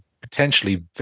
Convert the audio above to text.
potentially